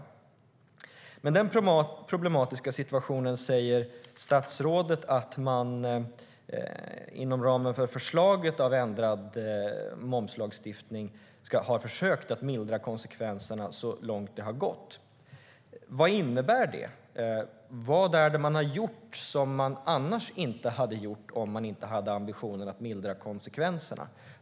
Om denna problematiska situation säger statsrådet att man inom ramen för förslaget om ändrad momslagstiftning har försökt mildra konsekvenserna så långt det har gått. Vad innebär det? Vad är det man har gjort som man annars inte hade gjort om man inte haft ambitionen att mildra konsekvenserna?